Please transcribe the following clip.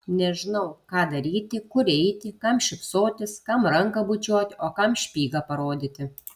nežinau ką daryti kur eiti kam šypsotis kam ranką bučiuoti o kam špygą parodyti